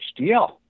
HDL